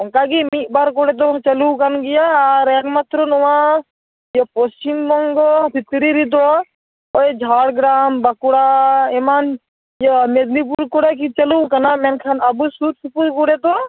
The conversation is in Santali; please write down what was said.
ᱚᱱᱠᱟᱜᱮ ᱢᱤᱫ ᱵᱟᱨ ᱠᱚᱨᱮ ᱫᱚ ᱪᱟᱞᱩ ᱟᱠᱟᱱ ᱜᱮᱭᱟ ᱟᱨ ᱮᱠᱢᱟᱛᱨᱚ ᱱᱚᱣᱟ ᱡᱮ ᱯᱚᱥᱪᱤᱢ ᱵᱚᱝᱜᱚ ᱵᱷᱤᱛᱨᱤ ᱨᱮᱫᱚ ᱳᱭ ᱡᱷᱟᱲᱜᱨᱟᱢ ᱵᱟᱸᱠᱩᱲᱟ ᱮᱢᱟᱱ ᱤᱭᱟᱹ ᱢᱮᱫᱽᱱᱤᱯᱩᱨ ᱠᱚᱨᱮᱜᱮ ᱪᱟᱞᱩ ᱟᱠᱟᱱᱟ ᱢᱮᱱᱠᱷᱟᱱ ᱟᱵᱚ ᱥᱩᱨ ᱥᱩᱯᱩᱨ ᱠᱚᱨᱮᱫᱚ